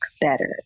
better